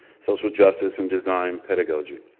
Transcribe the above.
social justice and design, pedagogy.